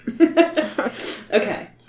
Okay